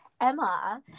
Emma